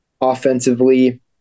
offensively